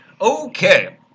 Okay